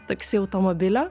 taksi automobilio